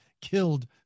killed